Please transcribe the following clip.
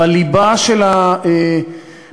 בלבו של הוויכוח,